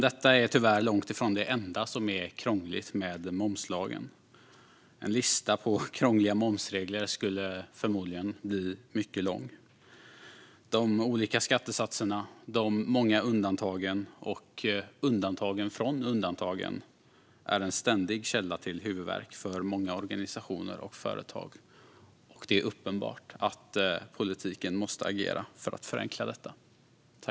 Detta är tyvärr långt ifrån det enda som är krångligt med momslagen. En lista på krångliga momsregler skulle förmodligen bli mycket lång. De olika skattesatserna, de många undantagen, och undantagen från undantagen, är en ständig källa till huvudvärk för många organisationer och företag. Det är uppenbart att politiken måste agera för att förenkla detta.